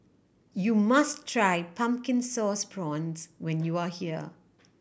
you must try Pumpkin Sauce Prawns when you are here